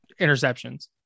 Interceptions